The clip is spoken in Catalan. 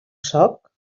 sóc